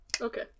Okay